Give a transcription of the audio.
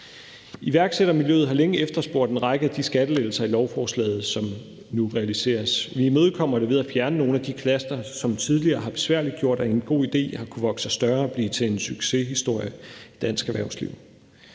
Iværksættermiljøet har længe efterspurgt en række af de skattelettelser i lovforslaget, som nu realiseres. Vi imødekommer det ved at fjerne nogle af de knaster, som tidligere har besværliggjort, at en god idé, har kunnet vokse sig større og blive til en succeshistorie i dansk erhvervsliv.